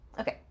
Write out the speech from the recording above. Okay